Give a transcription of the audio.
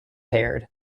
haired